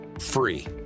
free